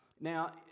Now